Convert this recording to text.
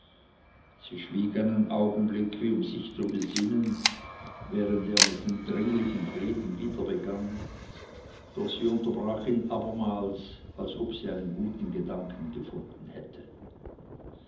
sie schwieg einen augenblick wie um sich zu besinnen während er mit dringlichen reden wieder begann doch sie unterbrach ihn abermals als ob sie einen guten gedanken gefunden hätte